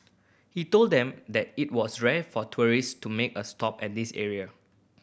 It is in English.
he told them that it was rare for tourist to make a stop at this area